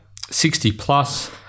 60-plus